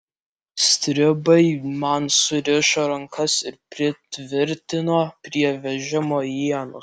stribai man surišo rankas ir pritvirtino prie vežimo ienos